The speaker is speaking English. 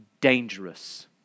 dangerous